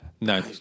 No